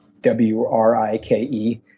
W-R-I-K-E